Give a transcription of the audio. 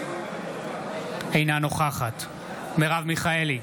אינה נוכחת מרב מיכאלי,